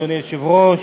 אדוני היושב-ראש,